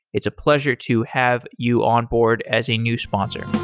it's a pleasure to have you onboard as a new sponsor